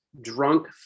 drunk